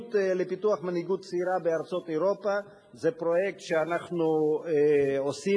פעילות לפיתוח מנהיגות צעירה בארצות אירופה זה פרויקט שאנחנו עושים,